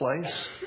place